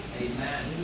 Amen